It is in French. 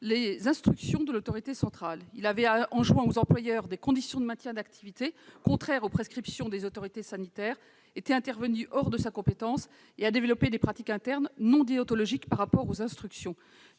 les instructions de l'autorité centrale. Il avait enjoint à des employeurs des conditions de maintien d'activité contraires aux prescriptions des autorités sanitaires, il était intervenu hors de sa compétence et il avait eu des pratiques internes non déontologiques par rapport aux instructions.